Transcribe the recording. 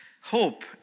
Hope